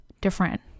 different